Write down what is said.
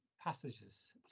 passages